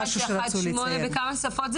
הפנייה ל-188, בכמה שפות?